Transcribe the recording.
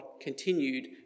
continued